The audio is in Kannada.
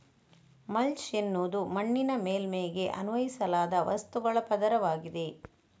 ಮಲ್ಚ್ ಎನ್ನುವುದು ಮಣ್ಣಿನ ಮೇಲ್ಮೈಗೆ ಅನ್ವಯಿಸಲಾದ ವಸ್ತುಗಳ ಪದರವಾಗಿದೆ